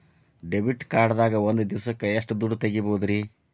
Debit card ದಾಗ ಒಂದ್ ದಿವಸಕ್ಕ ಎಷ್ಟು ದುಡ್ಡ ತೆಗಿಬಹುದ್ರಿ?